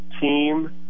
team